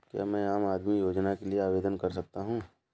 क्या मैं आम आदमी योजना के लिए आवेदन कर सकता हूँ?